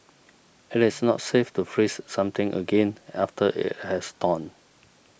it is not safe to freeze something again after it has thawed